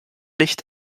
licht